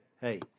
hey